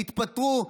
תתפטרו.